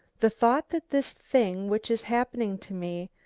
the thought that this thing which is happening to me,